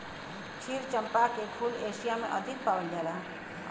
क्षीर चंपा के फूल एशिया में अधिक पावल जाला